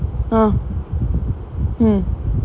mmhmm